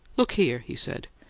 look here, he said.